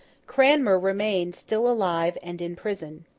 cranmer remained still alive and in prison.